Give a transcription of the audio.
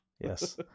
Yes